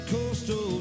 Coastal